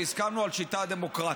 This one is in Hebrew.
כי הסכמנו על שיטה דמוקרטית.